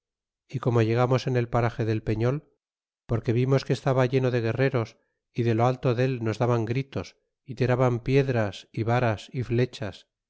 y como llegamos en el parage del peñol porque vimos que estaba lleno de guerreros y de lo alto dél nos daban gritos y tiraban piedras é varas y flechas